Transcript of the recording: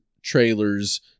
Trailers